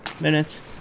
minutes